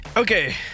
Okay